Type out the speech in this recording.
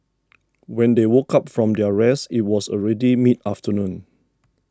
when they woke up from their rest it was already mid afternoon